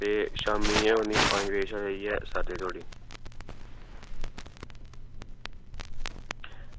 ते शामीं होनी पंज बजे कशा लेइयै सत्त बजे धोड़ी